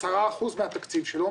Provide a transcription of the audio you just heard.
ש-10% מהתקציב שלו,